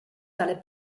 tale